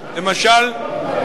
הממשלות האלה.